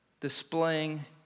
displaying